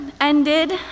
ended